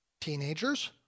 Teenagers